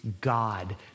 God